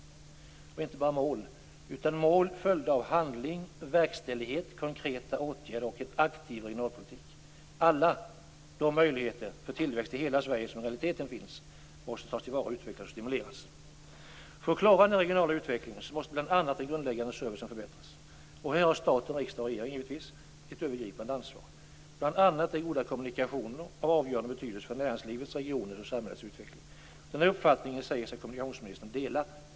Det handlar inte bara om mål, utan om mål följda av handling, verkställighet, konkreta åtgärder och en aktiv regionalpolitik. Alla de möjligheter för tillväxt i hela Sverige som i realiteten finns måste tas till vara, utvecklas och stimuleras. För att klara den regionala utvecklingen måste bl.a. den grundläggande servicen förbättras. Här har stat, riksdag och regering givetvis ett övergripande ansvar. Bl.a. är goda kommunikationer av avgörande betydelse för näringslivets, regionens och samhällets utveckling. Den här uppfattningen säger sig kommunikationsministern dela.